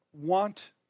want